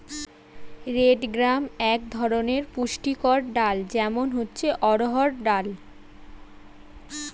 red gram এক ধরনের পুষ্টিকর ডাল, যেমন হচ্ছে অড়হর ডাল